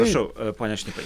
prašau pone šnipai